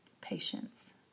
Patience